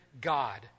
God